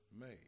made